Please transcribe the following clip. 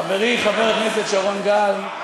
פשוט לא רואים, חברי חבר הכנסת שרון גל,